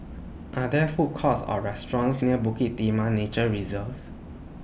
Are There Food Courts Or restaurants near Bukit Timah Nature Reserve